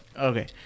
Okay